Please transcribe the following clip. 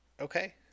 Okay